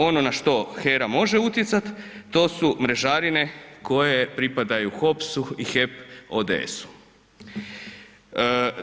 Ono na što HERA može utjecat, to su mrežarine koje pripadaju HOPS-u i HEP ODS-u.